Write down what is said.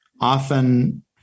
often